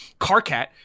Carcat